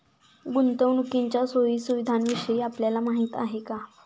गुंतवणुकीच्या सोयी सुविधांविषयी आपल्याला माहिती आहे का?